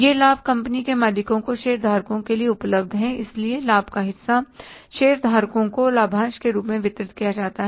यह लाभ कंपनी के मालिकों को शेयरधारकों के लिए उपलब्ध है इसलिए लाभ का हिस्सा शेयरधारकों को लाभांश के रूप में वितरित किया जाता है